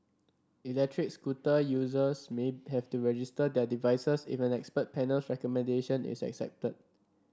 electric scooter users may have to register their devices if an expert panel's recommendation is accepted